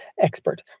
expert